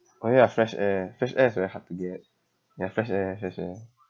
oh ya fresh air fresh air is very hard to get ya fresh air fresh air